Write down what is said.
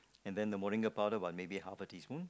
and then the Moringa powder by maybe half a teaspoon